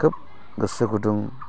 खोब गोसो गुदुं